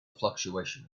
fluctuation